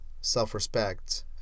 self-respect